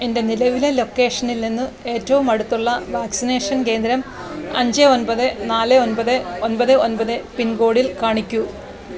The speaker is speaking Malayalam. എൻ്റെ നിലവിലെ ലൊക്കേഷനിൽ നിന്ന് ഏറ്റവും അടുത്തുള്ള വാക്സിനേഷൻ കേന്ദ്രം അഞ്ച് ഒൻപത് നാല് ഒൻപത് ഒൻപത് ഒൻപത് പിൻ കോഡിൽ കാണിക്കൂ